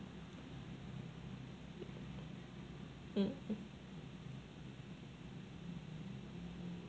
mm